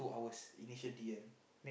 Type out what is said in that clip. initial D ah